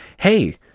Hey